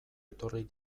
etorri